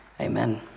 amen